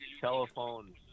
telephone